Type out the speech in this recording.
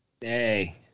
Hey